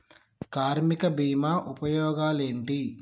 కార్మిక బీమా ఉపయోగాలేంటి?